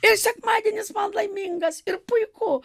ir sekmadienis man laimingas ir puiku